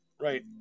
Right